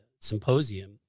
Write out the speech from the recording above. Symposium